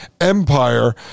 empire